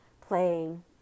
playing